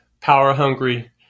power-hungry